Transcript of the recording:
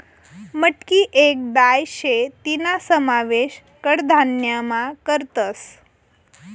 मटकी येक दाय शे तीना समावेश कडधान्यमा करतस